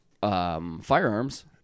firearms